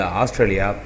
Australia